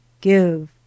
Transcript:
give